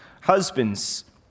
Husbands